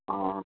अँ